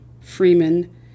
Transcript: Freeman